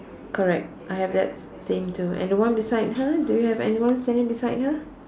correct I have that s~ same too and the one beside her do you have anyone standing beside her